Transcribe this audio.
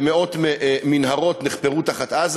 ומאות מנהרות נחפרו תחת עזה.